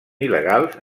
il·legals